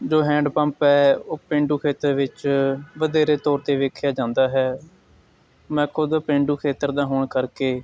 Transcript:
ਜੋ hand pump ਹੈ ਉਹ ਪੇਂਡੂ ਖੇਤਰ ਵਿੱਚ ਵਧੇਰੇ ਤੌਰ 'ਤੇ ਵੇਖਿਆ ਜਾਂਦਾ ਹੈ ਮੈਂ ਖੁਦ ਪੇਂਡੂ ਖੇਤਰ ਦਾ ਹੋਣ ਕਰਕੇ